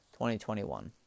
2021